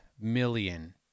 million